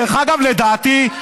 דרך אגב, להערכתי,